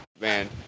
Man